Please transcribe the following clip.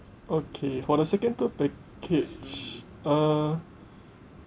okay for the second tour package uh